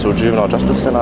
so juvenile justice centre.